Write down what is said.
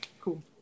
Cool